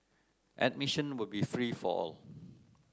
admission will be free for all